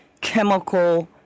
chemical